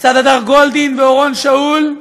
לצד הדר גולדין ואורון שאול,